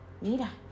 mira